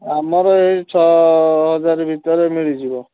ଆମର ଏହି ଛଅହଜାର ଭିତରେ ମିଳିଯିବ